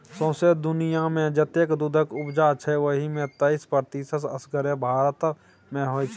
सौंसे दुनियाँमे जतेक दुधक उपजै छै ओहि मे तैइस प्रतिशत असगरे भारत मे होइ छै